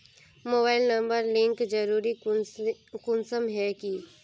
Mobile number link जरुरी कुंसम है की?